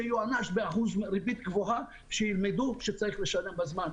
שיוענש באחוז ריבית גבוה כדי שילמדו שצריך לשלם בזמן.